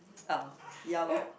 ah ya lor